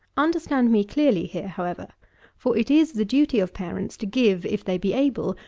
understand me clearly here, however for it is the duty of parents to give, if they be able,